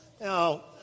Now